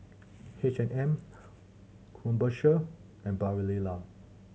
H and M Krombacher and Barilla